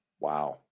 Wow